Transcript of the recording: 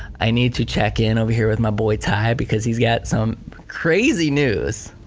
i need to check in over here with my boy ty because he's got some crazy news,